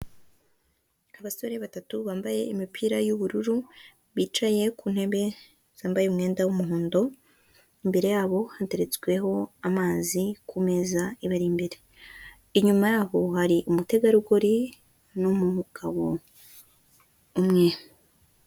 Abasore batatu bambaye imipira y'ubururu bicaye ku ntebe zambaye umwenda w'umuhondo, imbere yabo hahagaritsweho amazi ku meza ibari imbere, inyuma yabo hari umutegarugori n'ugabo umwe.